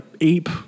ape